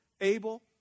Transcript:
Abel